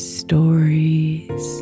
stories